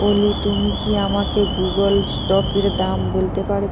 ওলি তুমি কি আমাকে গুগল স্টকের দাম বলতে পার